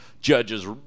judges